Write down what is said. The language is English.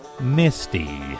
Misty